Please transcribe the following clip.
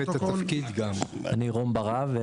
אני רום בר-אב,